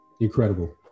Incredible